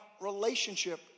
relationship